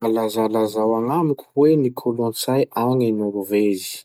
Mba lazalazao agnamiko hoe ny kolotsay agny Norvezy?